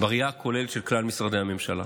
של כלל משרדי הממשלה.